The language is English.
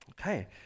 Okay